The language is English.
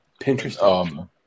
Pinterest